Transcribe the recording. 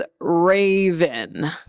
Raven